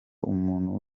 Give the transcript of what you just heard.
umuntu